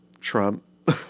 Trump